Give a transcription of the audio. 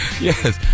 Yes